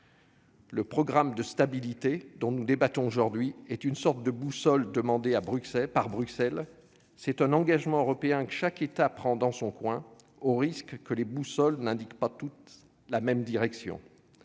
Le programme de stabilité dont nous débattons aujourd'hui est une sorte de boussole demandée par Bruxelles. C'est un engagement européen que chaque État prend dans son coin, au risque que les boussoles n'indiquent pas toutes la même direction.